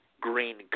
green